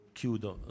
chiudo